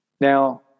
Now